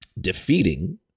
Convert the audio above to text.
defeating